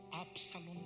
Absalom